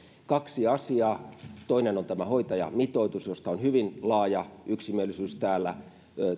kaksi asiaa toinen on tämä hoitajamitoitus josta on hyvin laaja yksimielisyys täällä